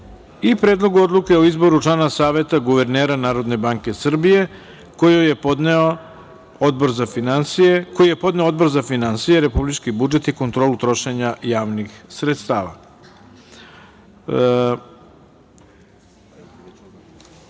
i Predlogu odluke o izboru člana Saveta guvernera NBS, koji je podneo Odbor za finansije, republički budžet i kontrolu trošenja javnih sredstava. Da